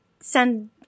send